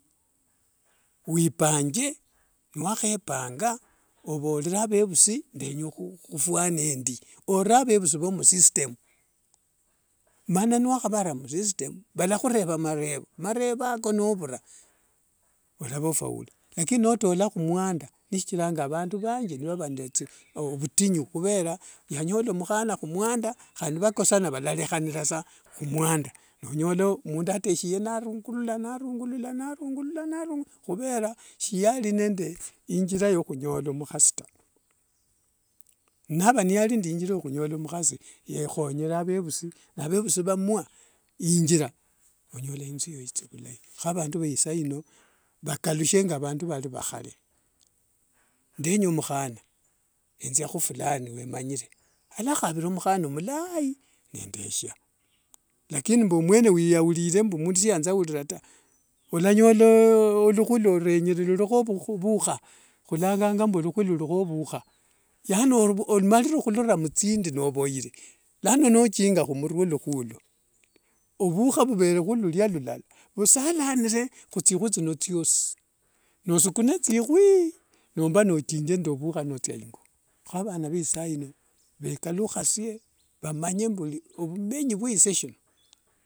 Wipanje niwahepanga ovorere avevusi ndenya hufuna endii. Ore avevusi vao msystem. Mana niwahavara msytem valakhureva marevo, marevo ako novhura, walava ofaule lakini notola humwanda nishichiranga avundu vanthi vava nende ovutinyu khuvera yanyola muhana humwanda handi n vakosa valalekhananirasa muhwanda nonyola mundu ateshie narungula narungula narungula narungula khuvera siyali nende ingira ya khunyola mukhasi ta. Nava niyani nende injira ya khunyola mukhasi yehenyere avevusi, na vevusi vamwa injira nonyola inthu eyo inthia vilai. He vandu vaisaino vakalushe nga vandu vali va khale ndenya mukhana enthia hufulani wemanyire, yalahavira mukhana mulai nendeshia. Lakini mbu emwene weyaulile mbu mundu sanjaulila ta, walanyola oluhwi luolenyere lulunikho hulanganga luhwi lulikho vhuvhukha. Yani omanire hulura muthindi novoere. Nano nokinga humurue oluhwi olo ovukhuva vuvere hulia lulala, vusalanire khuthihwi thino thiosi, nosukune thihwi nomba vhuhala vuno nothia ingo. Kho vana vaisaino vekalukhasie vamanye mbu ovumenyi vya sisa sino.